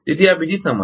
તેથી આ બીજી સમસ્યા છે